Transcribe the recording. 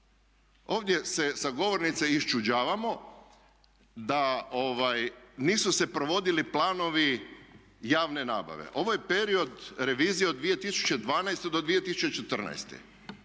ovdje se sa govornice iščuđavamo da nisu se provodili planovi javne nabave. Ovo je period revizije od 2012. do 2014.